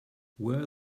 wear